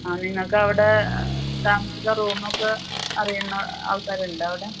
ആ നിങ്ങൾക്കവിടെ താമസിക്കാൻ റൂം ഒക്കെ അറിയുന്ന ആൾക്കാരുണ്ടൊ അവിടെ